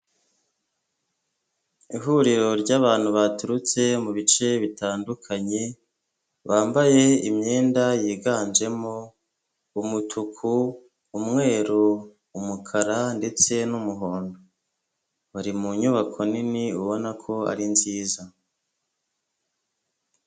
Ihuriro ry'abantu baturutse mu bice bitandukanye bambaye imyenda yiganjemo umutuku, umweru, umukara ndetse n'umuhondo, bari mu nyubako nini ubona ko ari nziza.